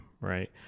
right